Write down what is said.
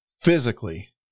physically